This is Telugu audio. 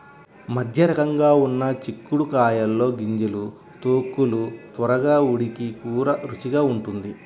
మధ్యరకంగా ఉన్న చిక్కుడు కాయల్లో గింజలు, తొక్కలు త్వరగా ఉడికి కూర రుచిగా ఉంటుంది